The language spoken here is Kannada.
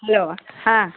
ಹಲೋ ಹಾಂ